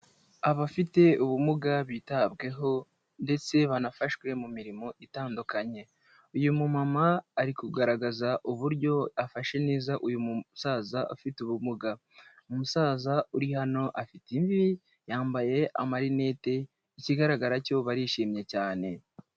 Abafite ubumuga bitabweho ndetse banafashwe mu mirimo itandukanye. Uyu mumama ari kugaragaza uburyo afashe neza uyu musaza ufite ubumuga, umusaza uri hano afite imvi yambaye amarinete ikigaragara cyo barishimye cyane.